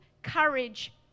courage